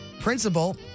principal